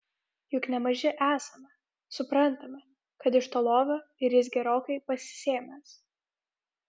juk ne maži esame suprantame kad iš to lovio ir jis gerokai pasisėmęs